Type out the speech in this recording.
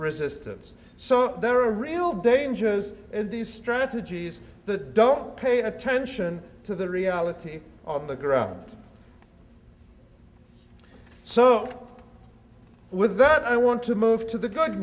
resistance so there are real dangers in these strategies that don't pay attention to the reality on the ground so with that i want to move to the good